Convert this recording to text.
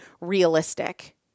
realistic